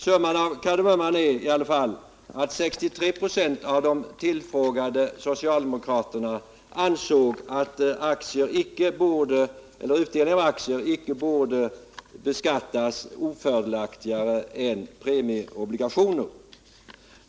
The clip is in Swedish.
Summan av kardemumman är i alla fall att 63 70 av de tillfrågade socialdemokraterna ansåg att utdelning på aktier icke borde beskattas ofördelaktigare än sparande i premieobligationer.